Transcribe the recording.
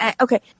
Okay